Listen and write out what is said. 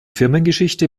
firmengeschichte